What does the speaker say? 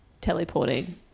teleporting